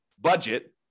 budget